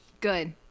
Good